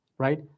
Right